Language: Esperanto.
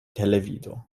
televido